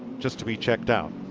just to be checked out.